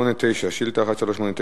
שאילתא מס' 1389,